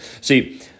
See